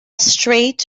straight